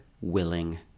willing